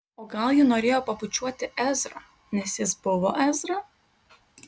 o gal ji norėjo pabučiuoti ezrą nes jis buvo ezra